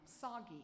soggy